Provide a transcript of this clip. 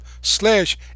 slash